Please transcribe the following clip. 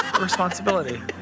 responsibility